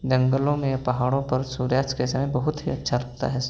जंगलों में ये पहाड़ों पर सूर्यास्त के समय बहुत ही अच्छा लगता है